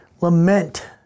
lament